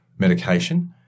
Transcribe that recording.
Medication